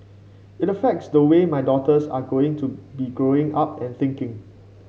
it affects the way my daughters are going to be Growing Up and thinking